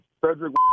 Frederick